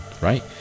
right